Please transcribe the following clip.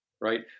right